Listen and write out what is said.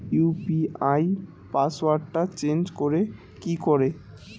UPI পাসওয়ার্ডটা change করে কি করে?